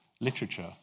literature